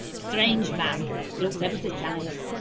strange man. he looked ever so tired.